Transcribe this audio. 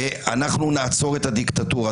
אנחנו נעצור את הדיקטטורה.